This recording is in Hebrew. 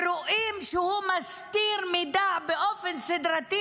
ורואים שהוא מסתיר מידע באופן סדרתי